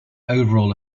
overall